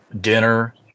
dinner